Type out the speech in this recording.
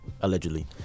allegedly